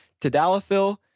Tadalafil